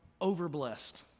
overblessed